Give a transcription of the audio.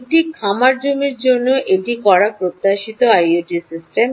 একটি খামার জমির জন্য এটি করা প্রত্যাশিত আইওটি সিস্টেম